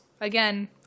Again